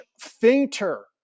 fainter